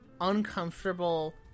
Uncomfortable